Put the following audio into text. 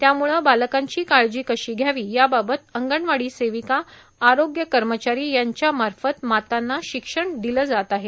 त्याम्ळ बालकांची काळजी कशी घ्यावी याबाबत अंगणवाडी सेविका आरोग्य कर्मचारी यांच्यामार्फत मातांना शिक्षण दिलं जात आहे